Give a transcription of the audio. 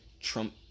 Trump